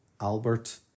Albert